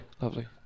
Lovely